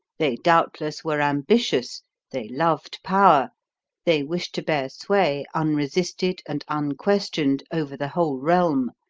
they doubtless were ambitious they loved power they wished to bear sway, unresisted and unquestioned, over the whole realm.